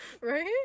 Right